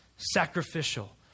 Sacrificial